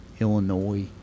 Illinois